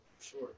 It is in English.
Sure